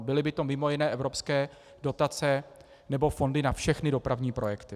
Byly by to mimo jiné evropské dotace nebo fondy na všechny dopravní projekty.